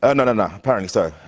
and no, no, apparently so.